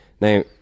Now